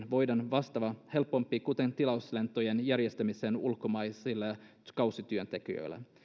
voidaan vastata helpommin erityistarpeisiin kuten tilauslentojen järjestämiseen ulkomaalaisille kausityöntekijöille